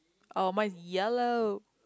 oh mine is yellow